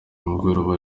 kumugora